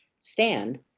stand